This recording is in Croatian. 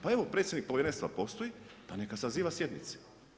Pa evo predsjednik Povjerenstva postoji, pa neka saziva sjednice.